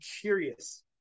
curious